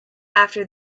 after